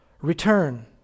return